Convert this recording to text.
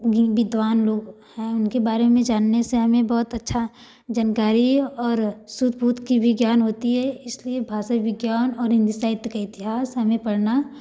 विद्वान लोग हैं उनके बारे में जानने से हमें बहुत अच्छा जानकारी और सुध बुध की भी ज्ञान होती है इसलिए भाषा विज्ञान और हिंदी साहित्य के इतिहास हमें पढ़ना